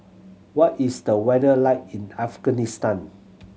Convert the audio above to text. what is the weather like in Afghanistan